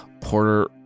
Porter